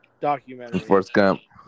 Documentary